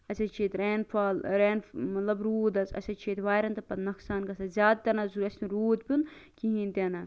اَسہِ حظ چھ ییٚتہِ رین فال رین مَطلَب روٗد حظ اسہِ حظ چھ ییٚتہِ واریٚن تہ پَتہٕ نۄقصان گَژھان زیاد تہ نہ حظ گَژھِ نہٕ روٗد پیوٚن کِہیٖنۍ تہ نہٕ